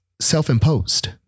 self-imposed